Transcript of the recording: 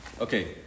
Okay